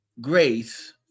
grace